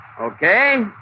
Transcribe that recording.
Okay